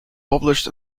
published